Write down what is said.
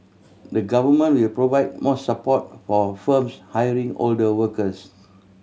the Government will provide more support for firms hiring older workers